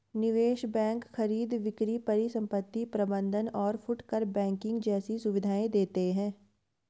निवेश बैंक खरीद बिक्री परिसंपत्ति प्रबंध और फुटकर बैंकिंग जैसी सुविधायें देते हैं